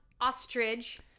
ostrich